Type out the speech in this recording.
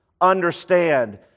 understand